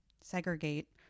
segregate